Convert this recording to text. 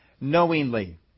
Knowingly